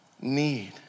need